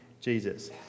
Jesus